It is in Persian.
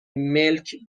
ملک